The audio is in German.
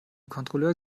kontrolleur